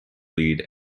lead